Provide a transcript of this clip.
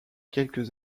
quelques